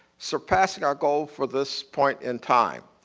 surpassing our goal for this point in time.